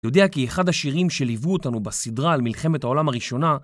יודע כי אחד השירים שליוו אותנו בסדרה על מלחמת העולם הראשונה